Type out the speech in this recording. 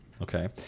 Okay